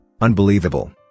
Unbelievable